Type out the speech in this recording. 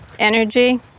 Energy